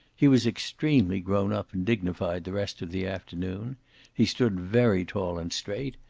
he was extremely grown-up and dignified the rest of the afternoon he stood very tall and straight,